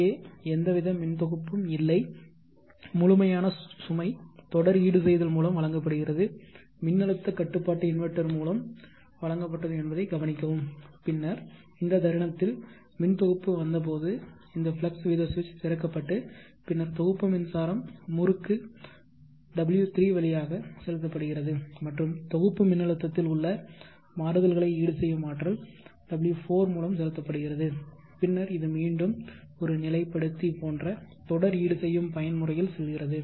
இங்கே எந்த வித மின் தொகுப்பும் இல்லை முழுமையான சுமை தொடர் ஈடுசெய்தல் மூலம் வழங்கப்படுகிறது மின்னழுத்த கட்டுப்பாட்டு இன்வெர்ட்டர் மூலம் வழங்கப்பட்டது என்பதை கவனிக்கவும் பின்னர் இந்த தருணத்தில் மின் தொகுப்பு வந்தபோது இந்த ஃப்ளக்ஸ் வீத சுவிட்ச் திறக்கப்பட்டு பின்னர் தொகுப்பு மின்சாரம் முறுக்கு W3 வழியாக செலுத்தப்படுகிறது மற்றும் தொகுப்பு மின்னழுத்தத்தில் உள்ள மாறுதல்களை ஈடுசெய்யும் ஆற்றல் W4 மூலம் செலுத்தப்படுகிறது பின்னர் இது மீண்டும் ஒரு நிலைப்படுத்தி போன்ற தொடர் ஈடுசெய்யும் பயன்முறையில் செல்கிறது